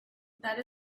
that